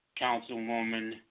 Councilwoman